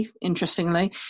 interestingly